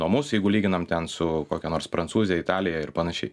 nuo mūsų jeigu lyginam ten su kokia nors prancūzija italija ir panašiai